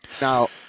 Now